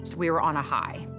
we were on a high.